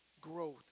Growth